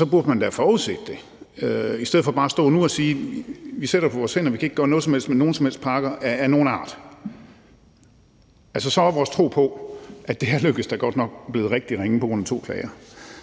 Man burde da have forudset det i stedet for nu bare at stå og sige, at man sidder på sine hænder, og at man ikke kan gøre noget som helst med nogen som helst parker af nogen art. Så er vores tro på, at det her lykkes, da godt nok blevet rigtig ringe, altså på grund af to klager.